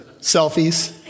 selfies